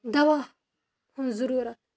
دوا ہٕنٛز ضٔروٗرت